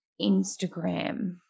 Instagram